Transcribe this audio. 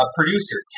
producer